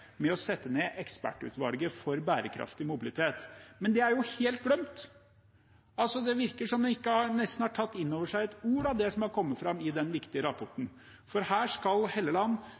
med å sette ned ekspertutvalget for bærekraftig mobilitet. Men det er jo helt glemt! Det virker som om man nesten ikke har tatt inn over seg et ord av det som kom fram i den viktige rapporten. Her står Helleland